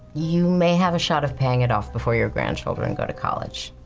you may have a shot of paying it off before your grandchildren and go to college.